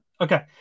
Okay